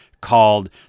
called